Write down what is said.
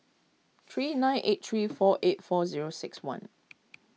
three nine eight three four eight four zero six one